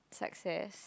success